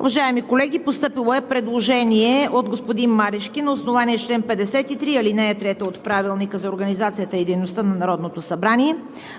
Уважаеми колеги, постъпило е предложение от господин Марешки на основание чл. 53, ал. 3 от Правилника за организацията и дейността на Народното събрание: